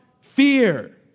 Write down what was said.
fear